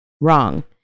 Wrong